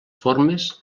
formes